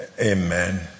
amen